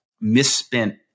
misspent